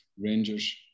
Rangers